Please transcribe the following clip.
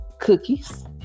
cookies